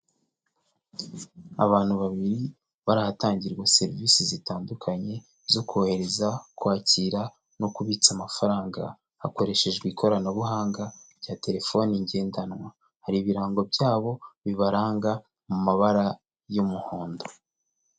Abantu babiri bari ahatangirwa serivisi zitandukanye zo kohereza, kwakira no kubitsa amafaranga hakoreshejwe ikoranabuhanga rya telefoni ngendanwa. Hari ibirango byabo bibaranga mu mabara y'umuhondo.